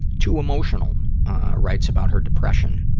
too emotional writes about her depression